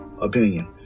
opinion